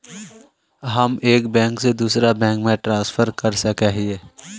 हम एक बैंक से दूसरा बैंक में ट्रांसफर कर सके हिये?